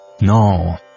No